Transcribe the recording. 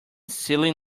silly